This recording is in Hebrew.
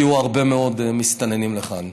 הגיעו הרבה מאוד מסתננים לכאן.